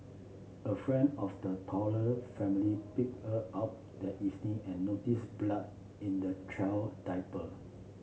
a friend of the toddler family picked her up that evening and noticed blood in the child diaper